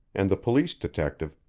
and the police detective,